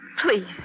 Please